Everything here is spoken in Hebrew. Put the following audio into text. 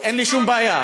אין לי שום בעיה.